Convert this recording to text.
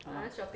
ah